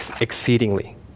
exceedingly